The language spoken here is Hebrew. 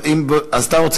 אז אתה רוצה